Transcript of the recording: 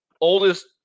oldest